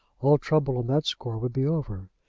all trouble on that score would be over.